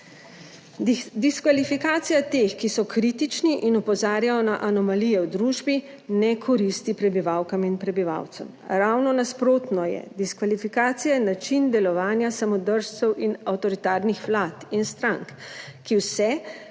Diskvalifikacija teh, ki so kritični in opozarjajo na anomalije v družbi ne koristi prebivalkam in prebivalcem. Ravno nasprotno je, diskvalifikacija način delovanja samodržcev in avtoritarnih vlad in strank, ki vse